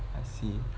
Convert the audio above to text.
I see